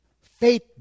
Faith